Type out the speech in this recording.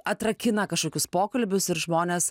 atrakina kažkokius pokalbius ir žmones